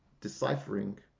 deciphering